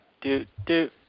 Do-do